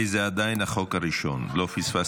בבקשה.